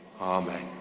Amen